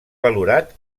valorat